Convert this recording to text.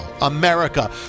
America